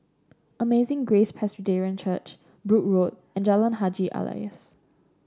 Amazing Grace Presbyterian Church Brooke Road and Jalan Haji Alias